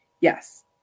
Yes